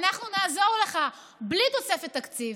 אנחנו נעזור לך, בלי תוספת תקציב.